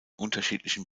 unterschiedlichen